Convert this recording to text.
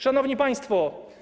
Szanowni Państwo!